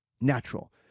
natural